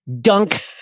dunk